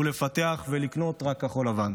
לפתח ולקנות רק כחול-לבן.